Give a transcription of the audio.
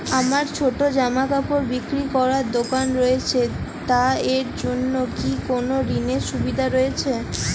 আমার ছোটো জামাকাপড় বিক্রি করার দোকান রয়েছে তা এর জন্য কি কোনো ঋণের সুবিধে রয়েছে?